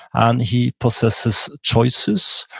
and he processes choices,